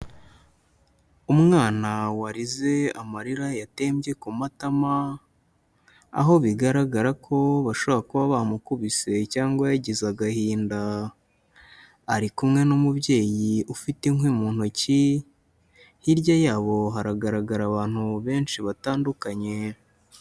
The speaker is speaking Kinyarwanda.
Umwana warize amarira yatembye ku matama, aho bigaragara ko bashobora kuba bamukubise cyangwa yagize agahinda, ari kumwe n'umubyeyi ufite inkwi mu ntoki, hirya yabo haragaragara abantu benshi batandukanye.